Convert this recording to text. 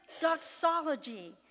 doxology